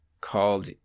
called